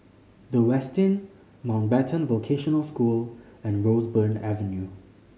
The Westin Mountbatten Vocational School and Roseburn Avenue